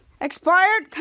Expired